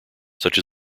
such